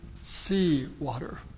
seawater